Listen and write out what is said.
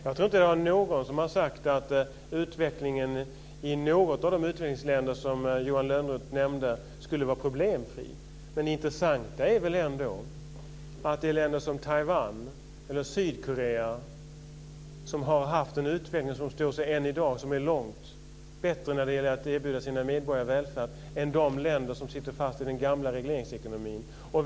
Jag tror inte att det är någon som har sagt att utvecklingen i något av de utvecklingsländer som Johan Lönnroth nämnde skulle vara problemfri, men det intressanta är väl ändå att det är länder som Taiwan eller Sydkorea som har haft en utveckling som står sig än i dag och som är långt bättre vad beträffar att erbjuda sina medborgare välfärd än de länder som sitter fast i den gamla regleringsekonomin.